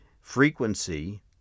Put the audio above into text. frequency